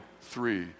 three